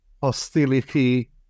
hostility